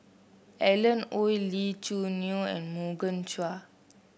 Alan Oei Lee Choo Neo and Morgan Chua